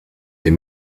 des